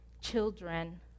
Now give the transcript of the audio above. children